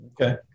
Okay